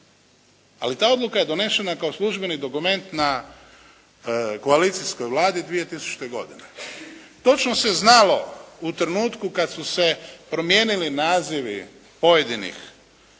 Ali ta odluka je donesena kao službeni dokument na koalicijskoj Vladi 2000. godine. Točno se znalo u trenutku kada su se promijenili nazivi pojedinih